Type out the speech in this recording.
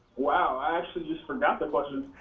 wow, i actually just forgot the question.